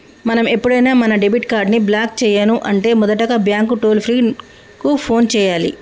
మనం ఎప్పుడైనా మన డెబిట్ కార్డ్ ని బ్లాక్ చేయను అంటే మొదటగా బ్యాంకు టోల్ ఫ్రీ కు ఫోన్ చేయాలి